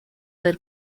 del